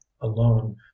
alone